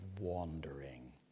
wandering